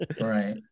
Right